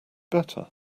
better